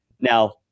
Now